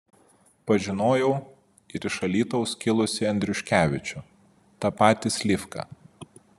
pažinojau ir iš alytaus kilusį andriuškevičių tą patį slivką